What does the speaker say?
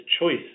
choice